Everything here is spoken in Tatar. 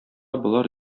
болар